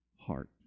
heart